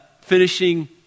finishing